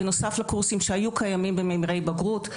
בנוסף לקורסים שהיו קיימים בממירי בגרות,